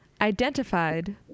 identified